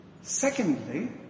Secondly